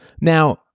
Now